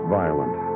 violent